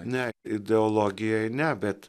ne ideologijoje ne bet